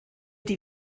die